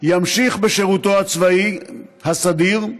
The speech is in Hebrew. ימשיך בשירותו הצבאי הסדיר,